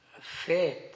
faith